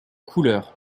couleur